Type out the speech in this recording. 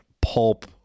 pulp